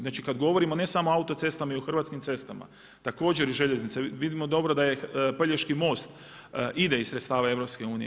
Znači kada govorimo ne samo o autocestama, nego i o hrvatskim cestama, također i željeznice, vidimo dobro da je Pelješki most ide iz sredstava EU.